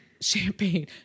Champagne